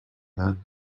then